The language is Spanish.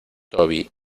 toby